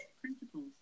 principles